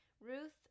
Ruth